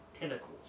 Tentacles